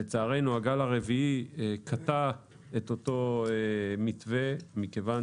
לצערנו הגל הרביעי קטע את אותו מתווה מכיוון